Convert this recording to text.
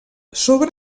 sobre